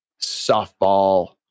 softball